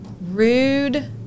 rude